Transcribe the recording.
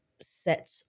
set